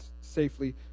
safely